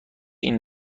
این